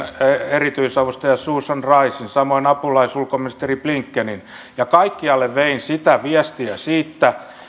erityisavustajan susan ricen samoin apulaisulkoministeri blinkenin ja kaikkialle vein viestiä siitä